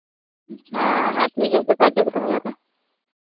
ᱦᱮᱸ ᱴᱷᱤᱠ ᱜᱮᱭᱟ ᱡᱳᱜᱟᱡᱳᱜᱽ ᱫᱚᱦᱚᱭᱟᱞᱮ